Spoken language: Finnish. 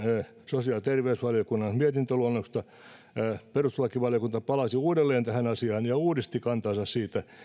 sosiaali ja terveysvaliokunnan mietintöluonnoksesta palasi uudelleen tähän asiaan ja uudisti kantansa siitä